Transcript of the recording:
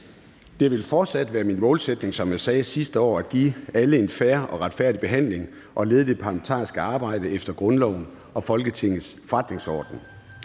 Det vil fortsat være min målsætning, som jeg også sagde sidste år, at give alle en fair og retfærdig behandling og lede det parlamentariske arbejde efter grundloven og Folketingets forretningsorden.